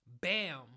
bam